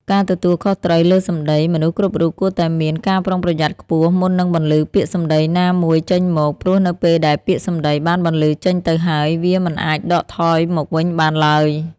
ការទទួលខុសត្រូវលើសម្ដី: មនុស្សគ្រប់រូបគួរតែមាន ការប្រុងប្រយ័ត្នខ្ពស់ មុននឹងបន្លឺពាក្យសម្ដីណាមួយចេញមក ព្រោះនៅពេលដែលពាក្យសម្ដីបានបន្លឺចេញទៅហើយ វាមិនអាចដកថយមកវិញបានឡើយ។